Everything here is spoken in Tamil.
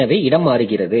எனவே இடம் மாறுகிறது